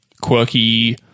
quirky